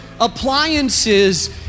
appliances